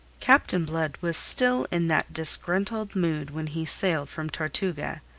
captain blood was still in that disgruntled mood when he sailed from tortuga,